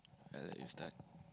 I let you start